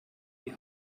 die